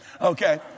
Okay